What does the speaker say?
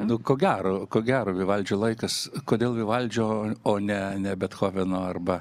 nu ko gero ko gero vivaldžio laikas kodėl vivaldžio o ne ne bethoveno arba